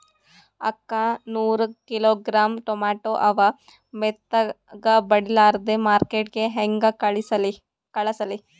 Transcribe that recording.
ಅಕ್ಕಾ ನೂರ kilogram tomato ಅವ, ಮೆತ್ತಗಬಡಿಲಾರ್ದೆ ಮಾರ್ಕಿಟಗೆ ಹೆಂಗ ಕಳಸಲಿ?